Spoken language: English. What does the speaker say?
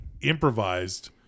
improvised